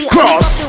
Cross